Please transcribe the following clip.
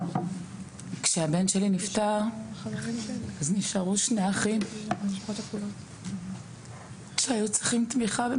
כשהבן שלי נפטר אז נשארו שני אחים שהיו צריכים תמיכה.